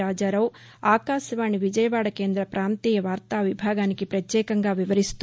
రాజారావు ఆకాశవాణి విజయవాడ కేంద్ర ప్రాంతీయ వార్తా విభాగానికి పత్యేకంగా వివరిస్తూ